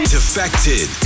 defected